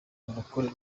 umurokore